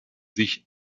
sich